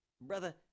Brother